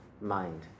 mind